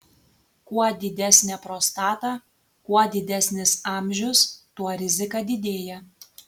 kuo didesnė prostata kuo didesnis amžius tuo rizika didėja